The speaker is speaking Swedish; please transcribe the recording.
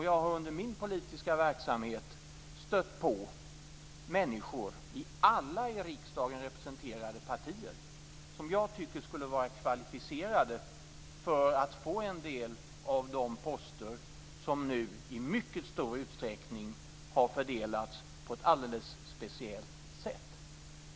Jag har under min politiska verksamhet stött på människor i alla i riksdagen representerade partier som jag tycker skulle vara kvalificerade för att få en del av de poster som nu i mycket stor utsträckning har fördelats på ett alldeles speciellt sätt.